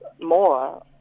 more